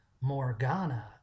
Morgana